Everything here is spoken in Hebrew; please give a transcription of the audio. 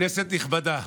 כנסת נכבדה,